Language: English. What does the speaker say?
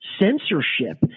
censorship